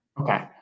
Okay